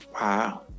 Wow